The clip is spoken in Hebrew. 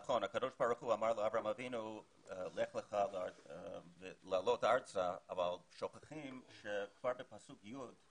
הקדוש ברוך הוא אמר לאברהם אבינו לעלות ארצה אבל שוכחים שכבר בפסוק י',